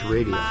Radio